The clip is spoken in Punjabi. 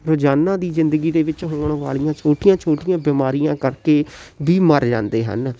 ਰੋਜ਼ਾਨਾ ਦੀ ਜ਼ਿੰਦਗੀ ਦੇ ਵਿੱਚ ਹੋਣ ਵਾਲੀਆਂ ਛੋਟੀਆਂ ਛੋਟੀਆਂ ਬਿਮਾਰੀਆਂ ਕਰਕੇ ਵੀ ਮਰ ਜਾਂਦੇ ਹਨ